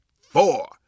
four